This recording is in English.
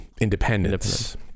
independence